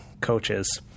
coaches